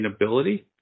sustainability